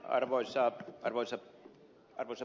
arvoisa puhemies